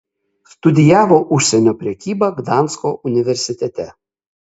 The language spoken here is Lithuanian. studijavo užsienio prekybą gdansko universitete